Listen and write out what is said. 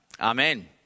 Amen